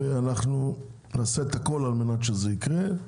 ואנחנו נעשה הכל על מנת שזה יקרה.